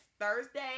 Thursday